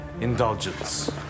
indulgence